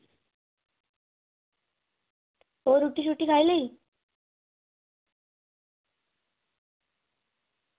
एह् रुट्टी खाई लेई